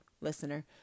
listener